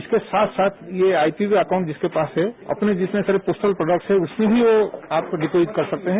इसके साथ साथ यह आईपीवी अकाउंट जिसके पास है अपने जितने सारे पोस्टल प्रोडक्ट्स हैं उसमें भी वो आप खुद डिपोजिट कर सकते हैं